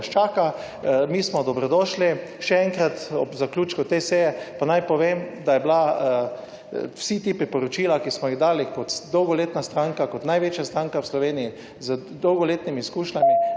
nas čaka. Mi smo dobrodošli. Še enkrat, ob zaključku te seje pa naj povem, da je bila vsi ti priporočila, ki smo jih dali kot dolgoletna stranka, kot največja stranka v Sloveniji, z dolgoletnimi izkušnjami